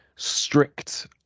strict